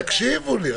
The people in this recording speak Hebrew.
תקשיבו לי,